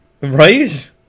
Right